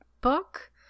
book